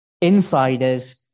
insiders